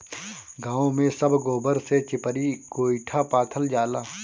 गांव में सब गोबर से चिपरी गोइठा पाथल जाला